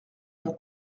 mon